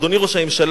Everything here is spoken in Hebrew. אדוני ראש הממשלה,